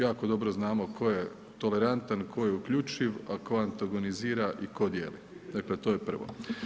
Jako dobro znamo tko je tolerantan, tko je uključiv, a tko antagonizira i tko dijeli, dakle to je prvo.